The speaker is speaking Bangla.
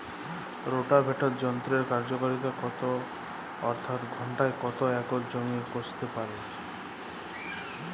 রোটাভেটর যন্ত্রের কার্যকারিতা কত অর্থাৎ ঘণ্টায় কত একর জমি কষতে পারে?